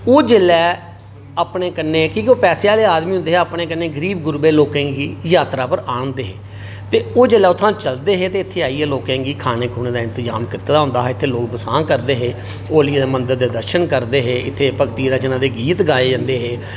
ओह् जेल्लै अपने कन्नै की के ओह् पैसे आह्ले आदमी होंदे हे अपने कन्नै गरीब गुरबे लोकें गी यात्रा पर आह्नदे हे ते ओह् जेल्लै उत्थुआं चलदे हे इत्थै आइयै लोकें गी खाने खूने दा इंतजाम कीते दा होंदा हा इत्थै लोक बसां करदे हे ओलियै दे मंदर दे दर्शन करदे हे इत्थै भगती रचना दे गीत गाए जंदे हे